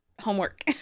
homework